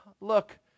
Look